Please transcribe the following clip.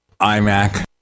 iMac